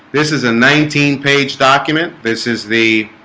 this is a nineteen page document. this is the?